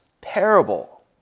parable